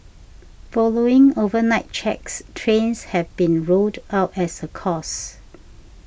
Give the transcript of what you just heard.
following overnight checks trains have been ruled out as a cause